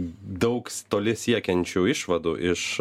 daug toli siekiančių išvadų iš